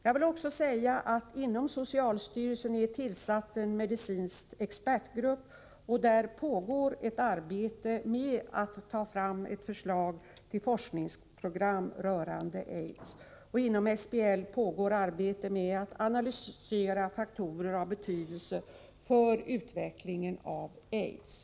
Jag vill också säga att inom socialstyrelsen har man tillsatt en medicinsk expertgrupp, och där pågår ett arbete med att ta fram ett förslag till forskningsprogram rörande AIDS. Inom SBL pågår ett arbete med att analysera faktorer av betydelse för utvecklingen av sjukdomen AIDS.